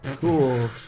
cool